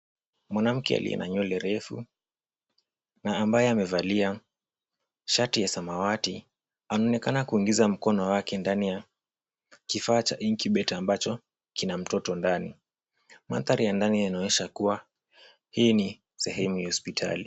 Mwanamke aliye na nywele refu na ambaye amevalia shati ya samawati, anaonekana kuingiza mkono wake ndani ya kifaa cha incubator ambacho kina mtoto ndani. Mandhari ya ndani yanaonyesha kuwa, hii ni sehemu ya hospitali.